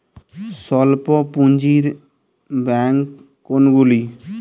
স্বল্প পুজিঁর ব্যাঙ্ক কোনগুলি?